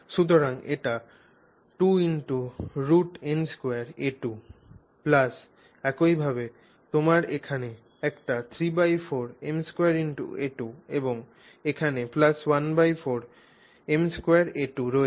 সুতরাং এটি 2√n2a2 plus একইভাবে তোমার এখানে একটি 34 m2 a2 এবং এখানে 14 m2a2 রয়েছে